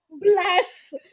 Bless